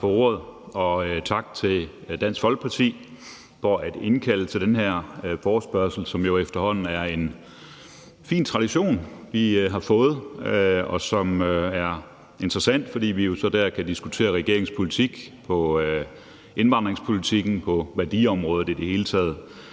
Tak for ordet, og tak til Dansk Folkeparti for at indkalde til den her forespørgsel, som jo efterhånden er en fin tradition, vi har fået, og som er interessant, fordi vi jo så der kan diskutere regeringens politik i forhold til indvandring og på værdiområdet i det hele taget.